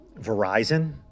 Verizon